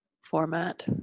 Format